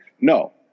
No